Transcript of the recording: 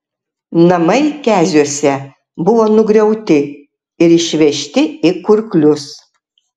namai keziuose buvo nugriauti ir išvežti į kurklius